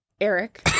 Eric